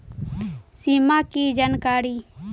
सिमा कि जानकारी?